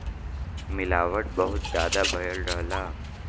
मिलावट बहुत जादा भयल रहला